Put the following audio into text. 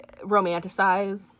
romanticize